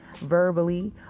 verbally